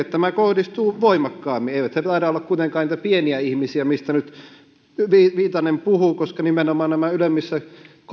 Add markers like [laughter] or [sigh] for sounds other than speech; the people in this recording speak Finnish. [unintelligible] tämä kohdistuu voimakkaammin eivät he taida olla kuitenkaan niitä pieniä ihmisiä mistä nyt viitanen puhuu koska nimenomaan nämä ylemmissä